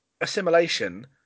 assimilation